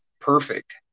perfect